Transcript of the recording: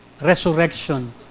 resurrection